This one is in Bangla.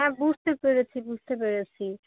হ্যাঁ বুঝতে পেরেছি বুঝতে পেরেছি